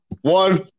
One